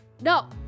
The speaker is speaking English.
No